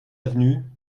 avenue